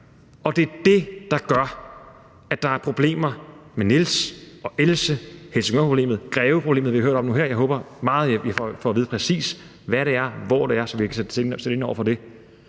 og det er det, der gør, at der er problemer med Niels og Else – Helsingørproblemet – og at der er Greveproblemet, vi nu har hørt om her. Jeg håber meget, at vi får at vide, præcis hvad det er, og hvor det er, så vi kan sætte ind over for det.